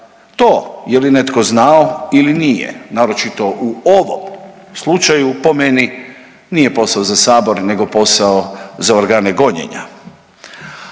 To je li netko znao ili nije naročito u ovom slučaju po meni nije posao za Sabor nego posao za organe gonjenja.